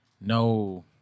No